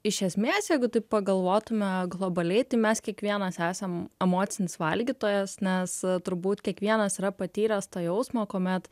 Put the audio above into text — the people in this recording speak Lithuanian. iš esmės jeigu tai pagalvotume globaliai tai mes kiekvienas esam emocinis valgytojas nes turbūt kiekvienas yra patyręs tą jausmą kuomet